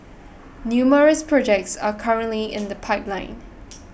numerous projects are currently in the pipeline